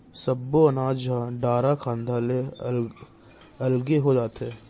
सब्बो अनाज ह डारा खांधा ले अलगे हो जाथे